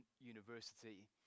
University